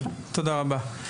תודה רבה.